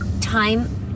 time